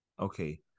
Okay